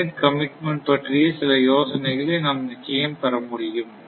unit commitment பற்றிய சில யோசனைகளை நாம் நிச்சயம் பெற முடியும்